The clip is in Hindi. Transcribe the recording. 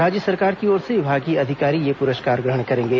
राज्य सरकार की ओर से विभागीय अधिकारी ये प्रस्कार ग्रहण करेंगे